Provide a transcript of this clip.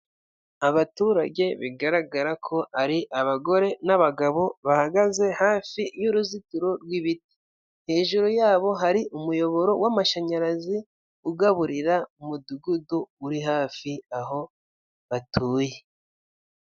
Abaturage bigaragara ko ari abagore n'abagabo, bahagaze hafi y'uruzitiro rw'ibiti. Hejuru yabo hari umuyoboro w'amashanyarazi ugaburira umudugudu uri hafi aho batuye.